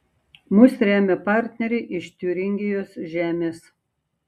mus remia partneriai iš tiuringijos žemės